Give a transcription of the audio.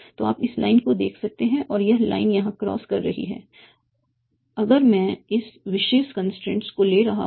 तो आप इस लाइन को देख रहे हैं और यह लाइन यहां क्रॉस कर रही है अगर मैं इस विशेष कंस्ट्रेंट को ले रहा हूं